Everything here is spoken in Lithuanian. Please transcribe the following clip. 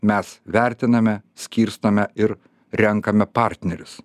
mes vertiname skirstome ir renkame partnerius